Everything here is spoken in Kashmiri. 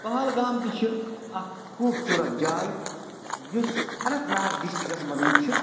پہلگام تہِ چھِ اَکھ خوٗبصوٗرت جاے یُس اننت ناگ ڈِسٹِرٛکَس منٛز چھِ